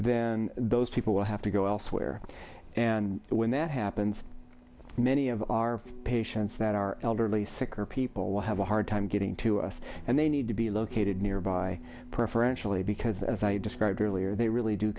then those people will have to go elsewhere and when that happens many of our patients that are elderly sick or people will have a hard time getting to us and they need to be located nearby preferentially because as i described earlier they really do